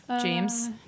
James